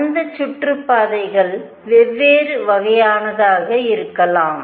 அந்த சுற்றுப்பாதைகள் வெவ்வேறு வகையானதாக இருக்கலாம்